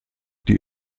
die